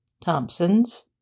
Thompson's